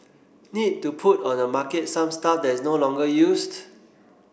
need to put on the market some stuff that is no longer used